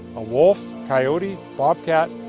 a wolf, coyote, bobcat,